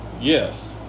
Yes